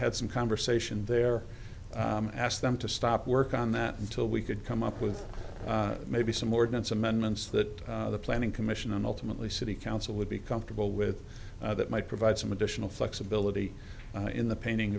had some conversation there and asked them to stop work on that until we could come up with maybe some ordinance amendments that the planning commission on ultimately city council would be comfortable with that might provide some additional flexibility in the painting